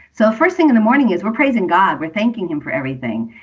so first thing in the morning is we're praising god, we're thanking him for everything.